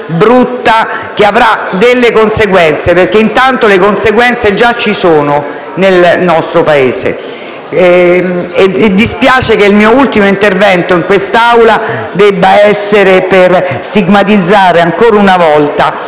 brutta, che avrà delle conseguenze, perché le conseguenze già ci sono, nel nostro Paese. Dispiace che il mio ultimo intervento in quest'Aula debba essere volto a stigmatizzare, ancora una volta,